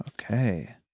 Okay